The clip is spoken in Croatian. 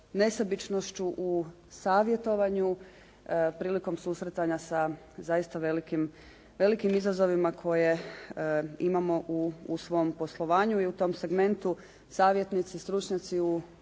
nesebičnošću u savjetovanju prilikom susretanja sa zaista velikim izazovima koje imamo u svom poslovanju i u tom segmentu savjetnici, stručnjaci u